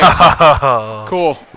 Cool